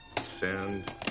Send